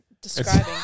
describing